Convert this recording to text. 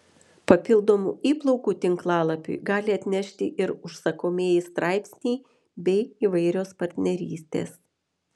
papildomų įplaukų tinklalapiui gali atnešti ir užsakomieji straipsniai bei įvairios partnerystės